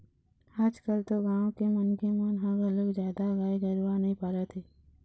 आजकाल तो गाँव के मनखे मन ह घलोक जादा गाय गरूवा नइ पालत हे